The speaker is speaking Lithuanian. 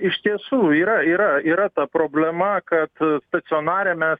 iš tiesų yra yra yra ta problema kad stacionare mes